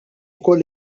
ukoll